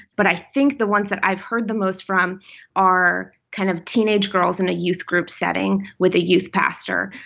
but i think the ones that i've heard the most from are kind of teenage girls in a youth group setting with a youth pastor.